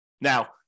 Now